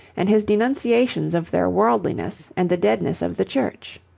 and his denunciations of their worldliness and the deadness of the church.